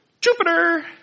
Jupiter